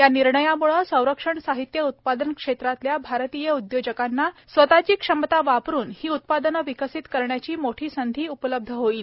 या निर्णयाम्ळे संरक्षण साहित्य उत्पादन क्षेत्रातल्या भारतीय उदयोजकांना स्वतःची क्षमता वापरुन ही उत्पादनं विकसित करण्याची मोठी संधी उपलब्ध होईल